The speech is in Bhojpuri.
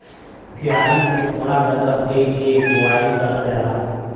क्यारी में थोड़ा जगह दे के बोवाई करल जाला